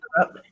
up